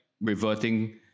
reverting